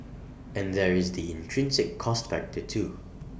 and there is the intrinsic cost factor too